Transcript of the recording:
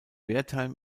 wertheim